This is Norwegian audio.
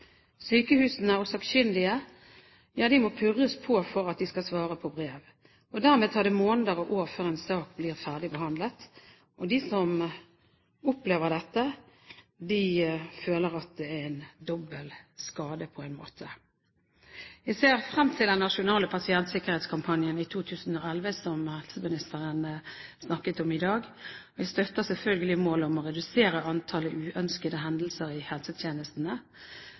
Sykehusene og sakkyndige må purres på for at de skal svare på brev. Dermed tar det måneder og år før en sak blir ferdigbehandlet. De som opplever dette, føler at det er en dobbelt skade – på en måte. Jeg ser frem til den nasjonale pasientsikkerhetskampanjen i 2011, som helseministeren snakket om i dag. Jeg støtter selvfølgelig målet om å redusere antallet uønskede hendelser i helsetjenestene.